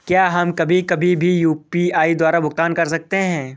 क्या हम कभी कभी भी यू.पी.आई द्वारा भुगतान कर सकते हैं?